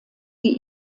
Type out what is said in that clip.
die